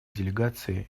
делегации